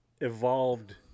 evolved